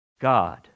God